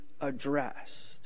addressed